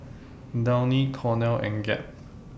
Downy Cornell and Gap